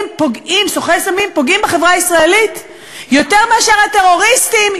פוגעים בחברה הישראלית יותר מאשר הטרוריסטים,